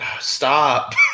Stop